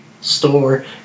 store